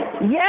yes